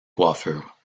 coiffure